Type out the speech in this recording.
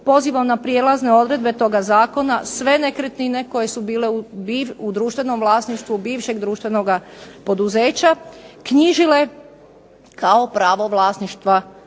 pozivom na prijelazne odredbe toga zakona sve nekretnine koje su bile u društvenom vlasništvu bivšeg društvenoga poduzeća knjižile kao pravo vlasništva